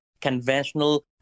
conventional